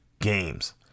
games